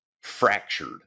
fractured